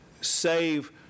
save